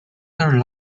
their